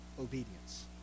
obedience